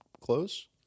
close